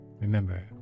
Remember